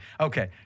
Okay